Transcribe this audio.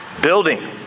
building